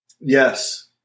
Yes